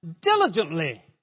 diligently